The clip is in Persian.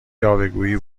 یاوهگویی